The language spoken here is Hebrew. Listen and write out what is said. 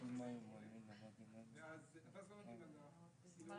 אנו רוצים להישאר